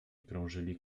krążyli